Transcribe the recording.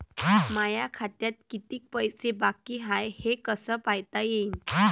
माया खात्यात कितीक पैसे बाकी हाय हे कस पायता येईन?